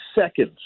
seconds